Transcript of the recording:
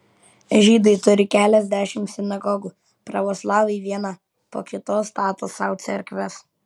žydai turi keliasdešimt sinagogų pravoslavai vieną po kitos stato sau cerkves